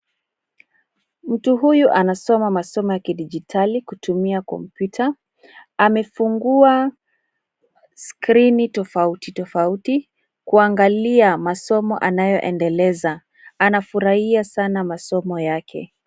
Mtu huyu anasoma masomo ya kidijitali kutumia kompyuta. Amefungua skrini tofauti tofauti kuangalia masomo anayoendeleza. Anafurahia sana masomo yake.